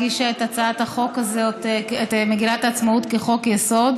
הגישה את מגילת העצמאות כחוק-יסוד,